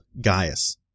Gaius